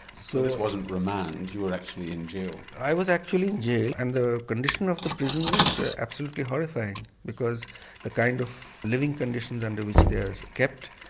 so this wasn't remand you were actually in jail? i was actually in jail and the condition of the prisons are ah absolutely horrifying because the kind of living conditions under which they're kept,